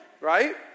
right